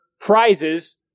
prizes